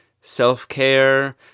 self-care